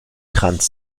trans